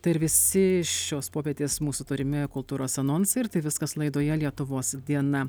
tai ir visi šios popietės mūsų turimi kultūros anonsai ir tai viskas laidoje lietuvos diena